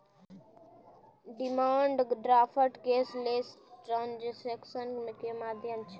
demand draft cashless transaction के माध्यम छै